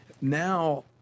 now